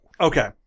Okay